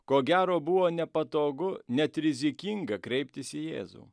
ko gero buvo nepatogu net rizikinga kreiptis į jėzų